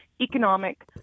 economic